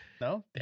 No